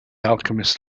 alchemist